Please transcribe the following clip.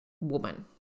woman